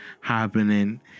happening